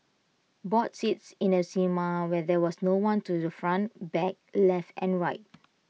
bought seats in the cinema where there was no one to the front back left and right